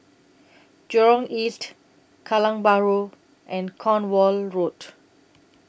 Jurong East Kallang Bahru and Cornwall Road